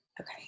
Okay